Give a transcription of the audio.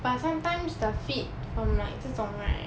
but sometimes the fit from like 这种 right